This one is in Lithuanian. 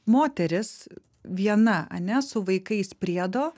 moteris viena ane su vaikais priedo